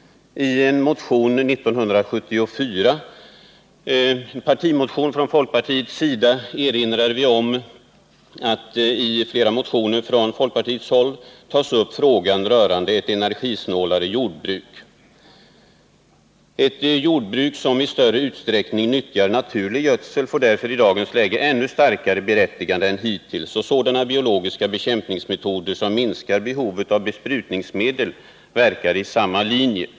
I en partimotion 1974 från folkpartiet erinrade vi om att i flera motioner från folkpartihåll hade tagits upp frågan om ett energisnålare jordbruk. Ett jordbruk som i större utsträckning nyttjar naturlig gödsel får i dagens läge ett ännu starkare berättigande än hittills, och sådana biologiska bekämpningsmetoder som minskar behovet av besprutningsmedel verkar i samma riktning.